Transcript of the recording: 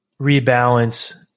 rebalance